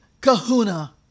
kahuna